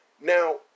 Now